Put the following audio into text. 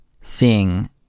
seeing